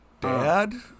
Dad